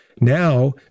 now